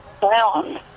brown